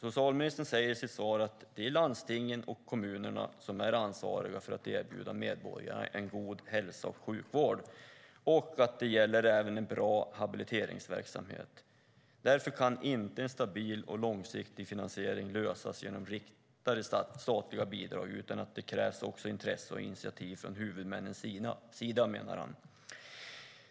Socialministern säger i sitt svar att det är landstingen och kommunerna som är ansvariga för att erbjuda medborgarna en god hälso och sjukvård och att det även gäller en bra habiliteringsverksamhet. Därför kan inte en stabil och långsiktig finansiering lösas genom riktade statliga bidrag, utan det krävs också intresse och initiativ från huvudmännens sida, menar han.